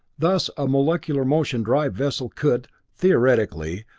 thus, a molecular motion drive vessel could, theoretically,